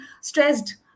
stressed